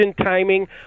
timing